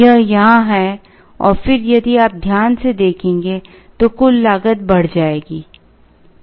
यह यहां है और फिर यदि आप ध्यान से देखेंगे तो कुल लागत बढ़ जाएगी